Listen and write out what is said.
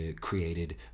created